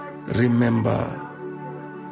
remember